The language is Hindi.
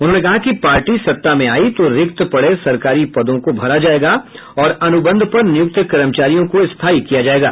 उन्होंने कहा कि पार्टी सत्ता में आयी तो रिक्त पड़े सरकारी पदों को भरा जायेगा और अनुबंध पर नियुक्त कर्मचारियों को स्थायी किया जायेगा